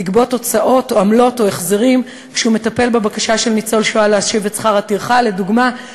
וגם אותן הוספנו בהכנה לקריאה הראשונה אל ההצעה להאריך את התיקון בעוד